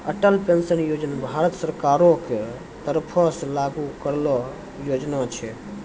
Atal pension योजना भारत सरकारो के तरफो से लागू करलो योजना छै